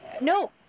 No